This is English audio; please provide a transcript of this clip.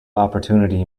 opportunity